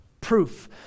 proof